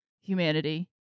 humanity